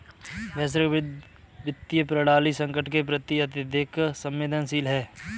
वैश्विक वित्तीय प्रणाली संकट के प्रति अत्यधिक संवेदनशील है